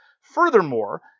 Furthermore